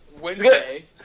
Wednesday